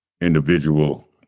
individual